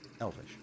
Elvish